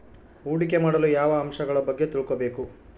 ಹೂಡಿಕೆ ಮಾಡಲು ಯಾವ ಅಂಶಗಳ ಬಗ್ಗೆ ತಿಳ್ಕೊಬೇಕು?